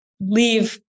leave